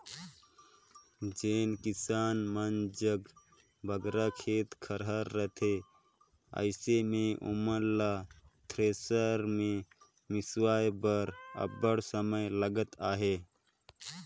जेन किसान मन जग बगरा खेत खाएर रहथे अइसे मे ओमन ल थेरेसर मे मिसवाए बर अब्बड़ समे लगत अहे